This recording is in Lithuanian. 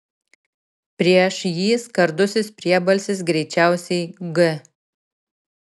prieš jį skardusis priebalsis greičiausiai g